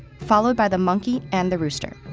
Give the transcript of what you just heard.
followed by the monkey and the rooster.